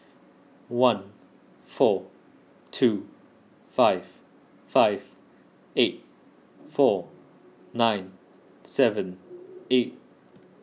one four two five five eight four nine seven eight